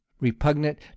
repugnant